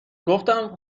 گفتم